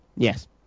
Yes